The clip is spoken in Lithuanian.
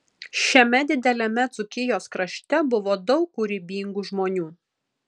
šiame dideliame dzūkijos krašte buvo daug kūrybingų žmonių